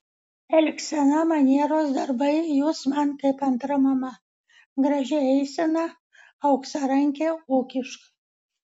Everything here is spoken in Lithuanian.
elgsena manieros darbai jūs man kaip antra mama graži eisena auksarankė ūkiška